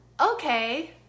okay